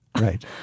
Right